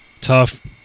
Tough